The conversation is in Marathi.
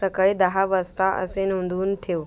सकाळी दहा वाजता असे नोंदवून ठेव